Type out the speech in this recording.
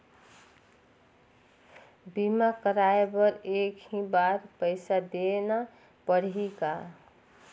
बीमा कराय बर एक ही बार पईसा देना पड़ही का?